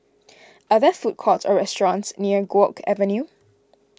are there food courts or restaurants near Guok Avenue